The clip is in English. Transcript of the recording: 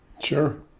Sure